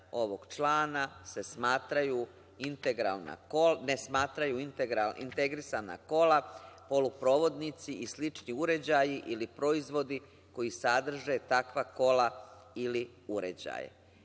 ovog člana se ne smatraju integrisana kola, poluprovodnici i slični uređaji ili proizvodi koji sadrže takva kola ili uređaje.E,